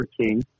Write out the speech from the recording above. King